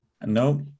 No